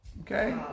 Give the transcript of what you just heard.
Okay